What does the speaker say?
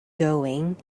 going